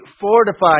fortified